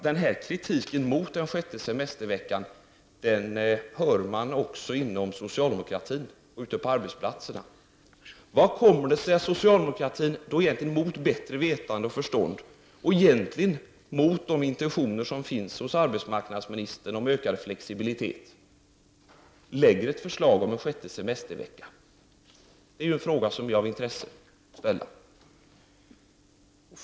Den här kritiken mot den sjätte semesterveckan hör man också inom socialdemokratin och ute på arbetsplatserna. Hur kommer det sig att socialdemokratin egentligen mot bättre vetande och förstånd och mot de intentioner som finns hos arbetsmarknadsministern om ökad flexibilitet lägger fram ett förslag om en sjätte semestervecka? Det är en fråga som det är intressant att ställa.